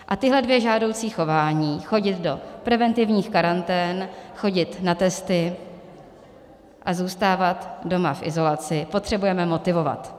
A tahle dvě žádoucí chování, chodit do preventivních karantén, chodit na testy a zůstávat doma v izolaci, potřebujeme motivovat.